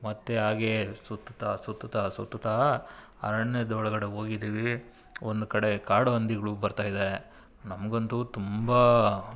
ಮತ್ತೆ ಹಾಗೆ ಸುತ್ತುತ್ತಾ ಸುತ್ತುತ್ತಾ ಸುತ್ತುತ್ತಾ ಅರಣ್ಯದೊಳಗಡೆ ಹೋಗಿದ್ದೀವಿ ಒಂದು ಕಡೆ ಕಾಡು ಹಂದಿಗಳು ಬರ್ತಾಯಿದೆ ನಮಗಂತೂ ತುಂಬ